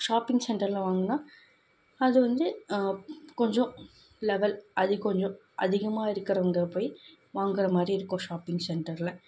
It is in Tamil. ஷாப்பிங் சென்டரில் வாங்குன்னா அது வந்து கொஞ்சம் லெவல் அது கொஞ்சம் அதிகமாக இருக்குறவங்க போய் வாங்குற மாரி இருக்கும் ஷாப்பிங் சென்டரில்